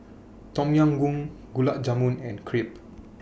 Tom Yam Goong Gulab Jamun and Crepe